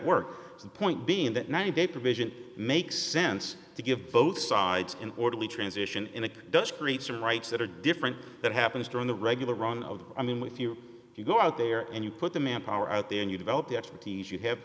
the point being that ninety day provision makes sense to give both sides in orderly transition and it does create some rights that are different that happens during the regular run of i mean with you you go out there and you put the manpower out there and you develop the expertise you